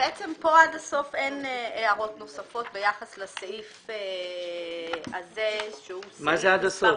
עד הסוף אין הערות נוספות ביחס לסעיף הזה שהוא סעיף 13. מה זה עד הסוף?